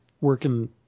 working